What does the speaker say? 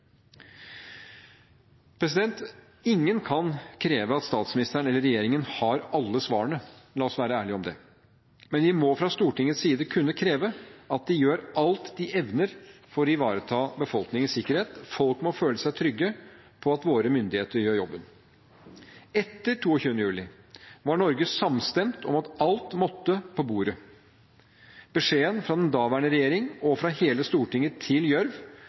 Ingen kan kreve at statsministeren eller regjeringen har alle svarene – la oss være ærlige om det – men vi må fra Stortingets side kunne kreve at de gjør alt de evner for å ivareta befolkningens sikkerhet. Folk må føle seg trygge på at våre myndigheter gjør jobben. Etter 22. juli var Norge samstemt i at alt måtte på bordet. Beskjeden fra den daværende regjering og fra hele Stortinget til Gjørv